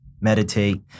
meditate